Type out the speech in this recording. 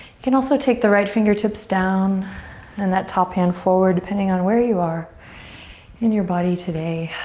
you can also take the right fingertips down and that top hand forward depending on where you are in your body today.